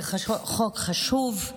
זה חוק חשוב,